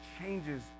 changes